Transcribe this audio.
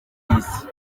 isi